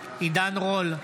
עידן רול,